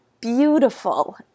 beautiful